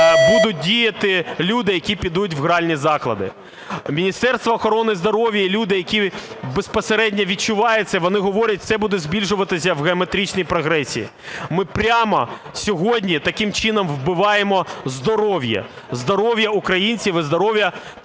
будуть діяти люди, які підуть в гральні заклади. Міністерство охорони здоров'я і люди, які безпосередньо відчувають це, вони говорять: "Це буде збільшуватися в геометричній прогресії". Ми прямо сьогодні таким чином вбиваємо здоров'я, здоров'я українців і здоров'я